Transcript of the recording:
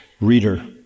reader